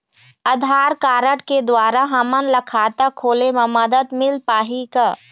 आधार card के द्वारा हमन ला खाता खोले म मदद मिल पाही का?